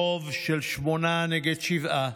ברוב של שמונה נגד שבעה